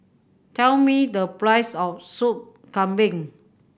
tell me the price of Sup Kambing